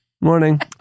morning